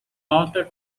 mounted